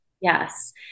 Yes